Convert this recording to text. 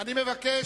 אני לא רוצה.